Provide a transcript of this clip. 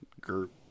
Group